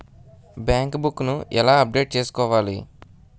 Bank book నీ ఎలా update చేసుకోవాలి?